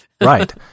Right